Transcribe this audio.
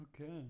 Okay